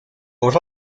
but